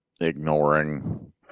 ignoring